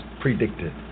predicted